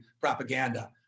propaganda